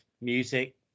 music